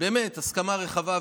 הסכמה רחבה.